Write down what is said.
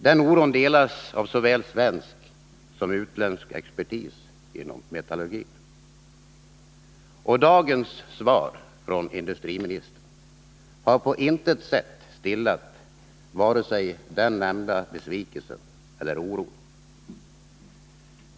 Den oron delas av såväl svensk som utländsk expertis inom metallurgin. Dagens svar från industriministern har på intet sätt stillat vare sig den nämnda besvikelsen eller oron.